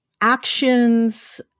actions